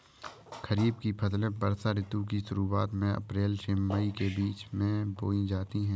खरीफ की फसलें वर्षा ऋतु की शुरुआत में अप्रैल से मई के बीच बोई जाती हैं